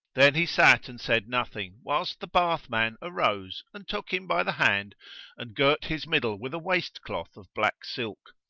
then he sat and said nothing, whilst the bathman arose and took him by the hand and girt his middle with a waist-cloth of black silk,